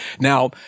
Now